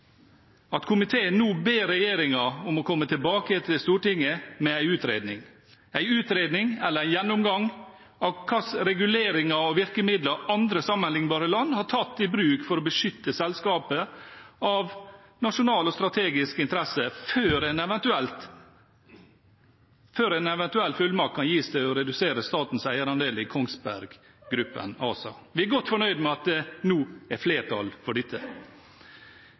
at komiteen nå ber regjeringen om å komme tilbake til Stortinget med en utredning eller en gjennomgang av hvilke reguleringer og virkemidler andre, sammenlignbare, land har tatt i bruk for å beskytte selskap av nasjonal og strategisk interesse, før en eventuell fullmakt kan gis til å redusere statens eierandel i Kongsberg Gruppen ASA. Vi er godt fornøyd med at det nå er flertall for dette.